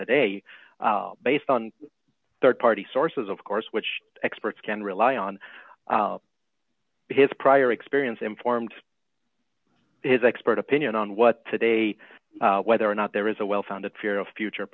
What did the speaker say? today based on rd party sources of course which experts can rely on his prior experience informed his expert opinion on what today whether or not there is a well founded fear of future